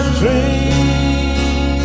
dream